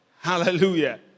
Hallelujah